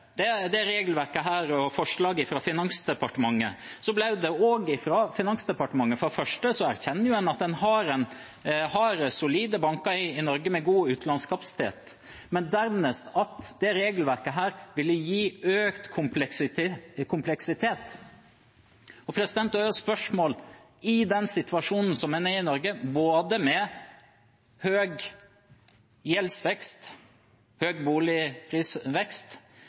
presenterte dette regelverket og forslaget fra Finansdepartementet, erkjente en for det første at en har solide banker i Norge med god utlånskapasitet, men dernest at dette regelverket ville gi økt kompleksitet. Da er spørsmålet: I Norge har man en situasjon med både høy gjeldsvekst og høy boligprisvekst.